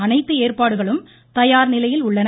அனைத்து ஏற்பாடுகளும் தயார் நிலையில் உள்ளன